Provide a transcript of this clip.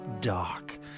dark